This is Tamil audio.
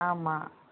ஆமாம்